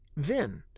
then,